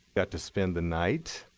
got to spend the night.